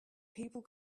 people